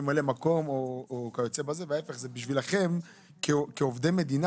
בשבילכם כעובדי מדינה,